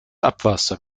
abwasser